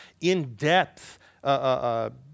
in-depth